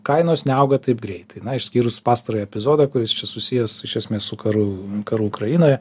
kainos neauga taip greitai na išskyrus pastarąjį epizodą kuris susijęs iš esmės su karu karu ukrainoje